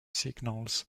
signals